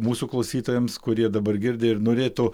mūsų klausytojams kurie dabar girdi ir norėtų